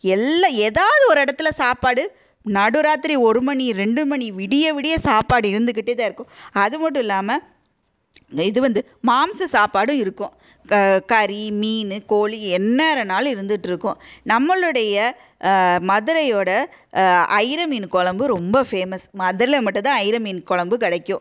எல்லா ஏதாவது ஒரு இடத்துல சாப்பாடு நடு ராத்திரி ஒரு மணி ரெண்டு மணி விடிய விடிய சாப்பாடு இருந்துக்கிட்டே தான் இருக்கும் அது மட்டும் இல்லாமல் இது வந்து மாமிச சாப்பாடும் இருக்கும் க கறி மீன் கோழி எந்நேரம்னாலும் இருந்துகிட்ருக்கும் நம்மளுடைய மதுரையோட அயிரை மீன் கொழம்பு ரொம்ப ஃபேமஸ் மதுரையில மட்டும் தான் அயிரை மீன் கொழம்பு கிடைக்கும்